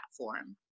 platform